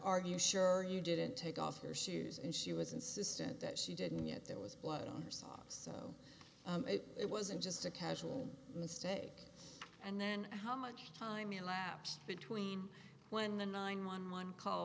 you sure you didn't take off her shoes and she was insistent that she didn't yet there was blood on her socks so it wasn't just a casual mistake and then how much time elapsed between when the nine one one call